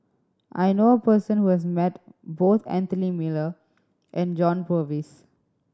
I know a person who has met both Anthony Miller and John Purvis